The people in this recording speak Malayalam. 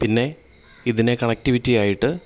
പിന്നെ ഇതിനെ കണക്ടിവിറ്റിയായിട്ട്